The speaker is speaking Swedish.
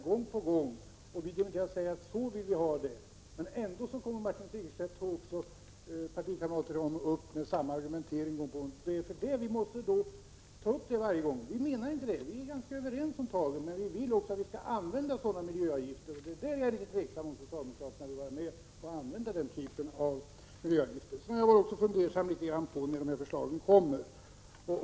Gång på gång säger vi att så vill vi ha det, men ändå kommer Martin Segerstedt och partikamrater till honom upp med samma argumentering. Vi är ganska överens om tagen, men folkpartiet anser att även miljöavgifter skall kunna användas, vilket jag tycker att det är tveksamt om socialdemokraterna vill vara med på. Sedan är jag också fundersam över när förslagen kommer.